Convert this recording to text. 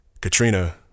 Katrina